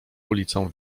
ulicą